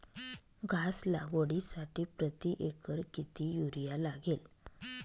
घास लागवडीसाठी प्रति एकर किती युरिया लागेल?